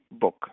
book